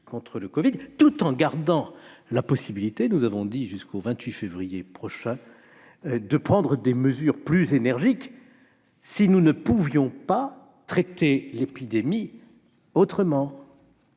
contre le covid-19, tout en nous réservant la possibilité, jusqu'au 28 février prochain, de prendre des mesures plus énergiques si nous ne pouvions pas affronter l'épidémie autrement.